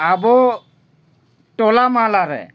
ᱟᱵᱚ ᱴᱚᱞᱟ ᱢᱚᱞᱟ ᱨᱮ